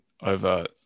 over